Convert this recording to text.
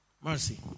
Mercy